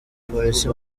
polisi